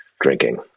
drinking